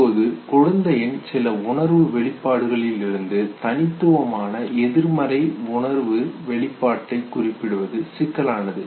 இப்போது குழந்தையின் சில உணர்வு வெளிப்பாடுகளிலிருந்து தனித்துவமான எதிர்மறை உணர்வு வெளிப்பாட்டை குறிப்பிடுவது சிக்கலானது